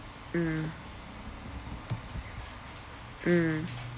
mm mm